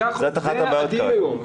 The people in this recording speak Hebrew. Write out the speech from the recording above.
זה הדיל היום.